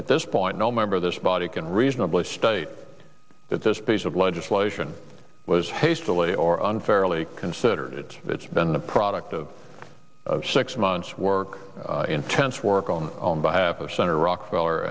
at this point no member of this body can reasonably state that this piece of legislation was hastily or unfairly considered it it's been the product of six months work intense work on on behalf of senator rockefeller